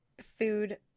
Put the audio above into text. food